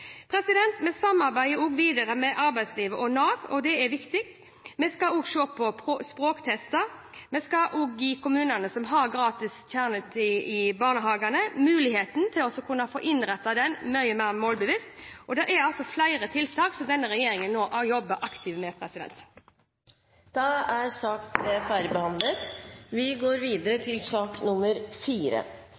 Vi samarbeider videre med arbeidslivet og Nav, og det er viktig. Vi skal også se på språktester, og vi skal gi de kommunene som har gratis kjernetid i barnehagene, muligheten til å innrette dette mye mer målrettet. Det er altså flere tiltak denne regjeringen nå jobber aktivt med. Sak nr. 3 er dermed ferdigbehandlet.